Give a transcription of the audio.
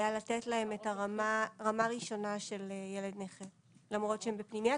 היה לתת להם רמה ראשונה של ילד נכה למרות שהם בפנימייה,